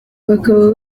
bakaba